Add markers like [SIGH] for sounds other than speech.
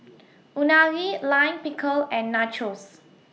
[NOISE] Unagi Lime Pickle and Nachos